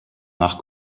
nach